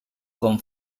con